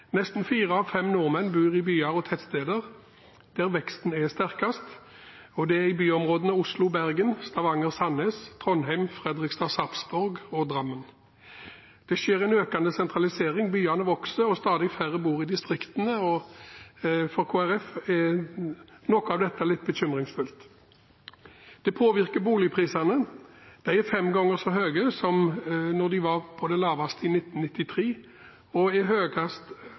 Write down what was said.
nordmenn bor i byer og tettsteder, der veksten er sterkest, og aller sterkest er den i byområdene ved Oslo, Bergen, Stavanger/Sandnes, Trondheim, Fredrikstad/Sarpsborg og Drammen. Det skjer en økende sentralisering. Byene vokser, og stadig færre bor i distriktene, og for Kristelig Folkeparti er noe av dette litt bekymringsfullt. Det påvirker boligprisene. De er fem ganger så høye som da de var på sitt laveste i 1993, og de er nå høyere enn de har vært noen gang i